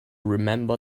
remember